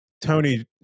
Tony